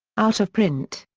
out of print.